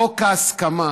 חוק ההסכמה